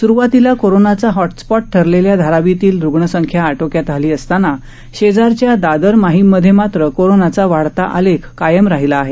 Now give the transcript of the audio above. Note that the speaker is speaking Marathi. सुरुवातीला कोरोनाचा हॉटस्पॉट ठरलेल्या धारावीतील रुग्णसंख्या आटोक्यात आली असताना शेजारच्या दादर माहीममध्ये मात्र कोरोनाचा वाढता आलेख कायम राहिला आहे